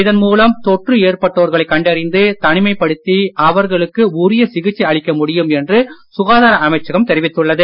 இதன் மூலம் தொற்று ஏற்பட்டோர்களைக் கண்டறிந்து தனிமைப்படுத்தி அவர்களுக்கு உரிய சிகிச்சை அளிக்க முடியும் என்று சுகாதார அமைச்சகம் தெரிவித்துள்ளது